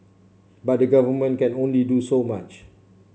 but the Government can only do so much